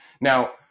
Now